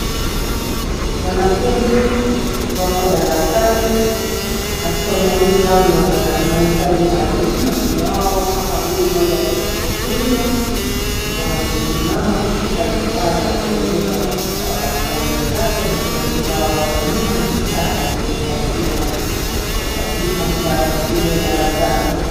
Wanafunzi wako darasani na somo hii yao ni ya wanao mahitaji maluum. Mwalimu wao hao wawili mmoja wa kike na kiume wamesimama wakishika vifaa vya kuelekeza wanafunzi wenzake na kuna kibao hapo nyuma na saa ya kuzingatia dakika ambao watutumia darasani.